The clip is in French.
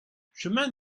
chemin